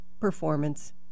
Performance